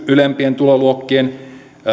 ylempien tuloluokkien